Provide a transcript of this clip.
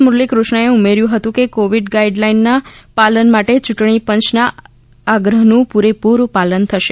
મુરલીફૃષ્ણએ ઉમેર્યું હતું કે કોવિડ ગાઈડ લાઈનના પાલન માટે ચૂંટણી પંચના આગ્રહનું પૂરેપુરું પાલન થશે